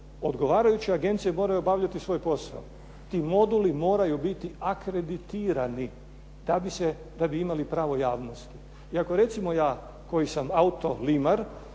odgovarajuće agencije moraju obavljati svoj posao. Ti moduli moraju biti akreditirani da bi se, da bi imali pravo javnosti. I ako recimo ja koji sam autolimar